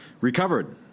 Recovered